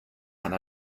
and